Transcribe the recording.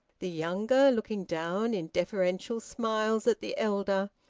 the younger looking down in deferential smiles at the elder,